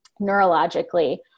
neurologically